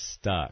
stuck